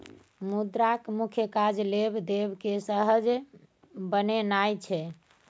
मुद्राक मुख्य काज लेब देब केँ सहज बनेनाइ छै